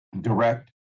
direct